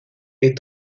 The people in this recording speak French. est